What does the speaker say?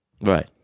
Right